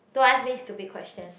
don't ask me stupid question